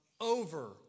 over